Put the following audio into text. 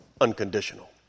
unconditional